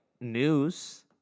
news